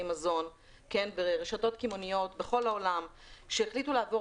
מזון ברשתות קמעונאיות בכל העולם שהחליטו לעבור